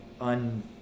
un